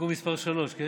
מקווה שזה גם